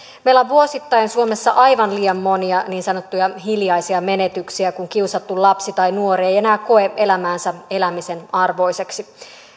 meillä on vuosittain suomessa aivan liian monia niin sanottuja hiljaisia menetyksiä kun kiusattu lapsi tai nuori ei enää koe elämäänsä elämisen arvoiseksi